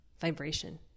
vibration